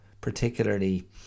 particularly